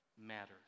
Matters